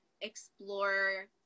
explore